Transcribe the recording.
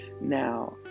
Now